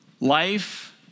Life